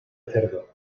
cerdo